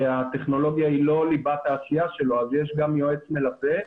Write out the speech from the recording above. הטכנולוגיה היא לא ליבת העשייה שלו ולכן יש גם יועץ מלווה.